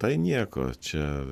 tai nieko čia